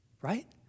right